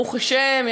ברוך השם,